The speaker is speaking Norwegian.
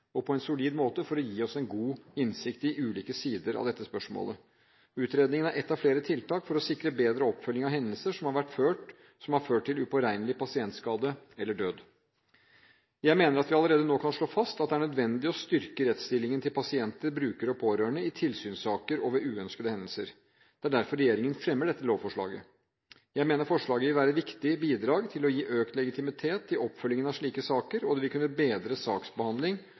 og på en solid måte for å gi oss en god innsikt i ulike sider av dette spørsmålet. Utredningen er ett av flere tiltak for å sikre bedre oppfølging av hendelser som har ført til upåregnelig pasientskade eller død. Jeg mener at vi allerede nå kan slå fast at det er nødvendig å styrke rettsstillingen til pasienter, brukere og pårørende i tilsynssaker og ved uønskede hendelser. Det er derfor regjeringen fremmer dette lovforslaget. Jeg mener forslaget vil være et viktig bidrag til å gi økt legitimitet til oppfølgingen av slike saker, og det vil kunne bedre saksbehandling